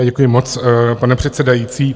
Děkuji moc, pane předsedající.